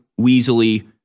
weaselly